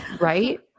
Right